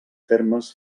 termes